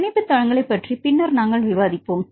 பிணைப்பு தளங்களைப் பற்றி பின்னர் நாங்கள் விவாதிப்போம்